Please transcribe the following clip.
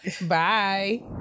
Bye